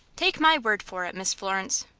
take my word for it, miss florence.